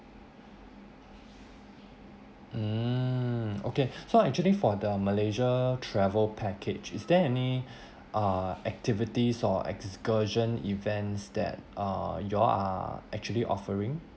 mm okay so actually for the malaysia travel package is there any uh activities or excursion events that uh y'all are actually offering